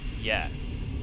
yes